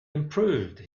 improved